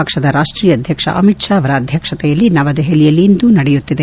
ಪಕ್ಷದ ರಾಷ್ಷೀಯ ಅಧ್ಯಕ್ಷ ಅಮಿತ್ ಷಾ ಅವರ ಅಧ್ಯಕ್ಷತೆಯಲ್ಲಿ ನವದೆಹಲಿಯಲ್ಲಿಂದು ನಡೆಯುತ್ತಿದೆ